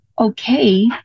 okay